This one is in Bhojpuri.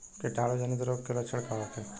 कीटाणु जनित रोग के लक्षण का होखे?